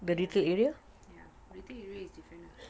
yes duty area is different ah